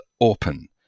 open